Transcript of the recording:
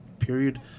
period